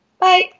Bye